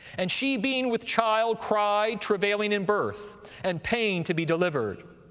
and she being with child cried, travailing in birth, and pained to be delivered.